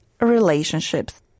relationships